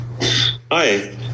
Hi